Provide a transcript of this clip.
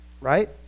right